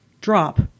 drop